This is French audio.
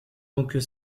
donc